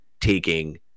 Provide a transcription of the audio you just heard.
taking